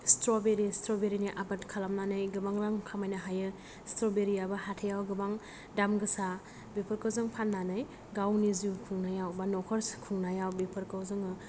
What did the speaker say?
strawberry सट्रबेरीनि आबाद खालामनानै गोबां रां खामायनो हायो सट्रबेरीआबो हाथायाव गोबां दामगोसा बेफोरखौ जों फाननानै गावनि जिउ खुंनायाव बा नखर खुंनायाव बेफोरखौ जोङो